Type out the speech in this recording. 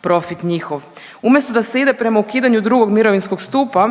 profit njihov“. Umjesto da se ide prema ukidanju II. mirovinskog stupa